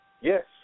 Yes